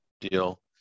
deal